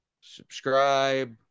Subscribe